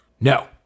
No